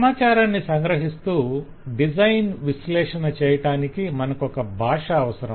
సమాచారాన్ని సంగ్రహిస్తూ డిజైన్ విశ్లేషణ చేయటానికి మనకొక భాష అవసరం